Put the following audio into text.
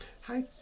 Hi